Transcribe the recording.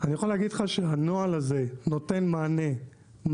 אני יכול להגיד לך שהנוהל הזה נותן מענה מלא,